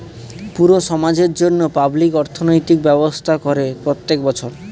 পুরো সমাজের জন্য পাবলিক অর্থনৈতিক ব্যবস্থা করে প্রত্যেক বছর